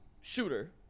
shooter